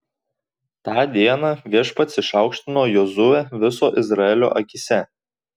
tą dieną viešpats išaukštino jozuę viso izraelio akyse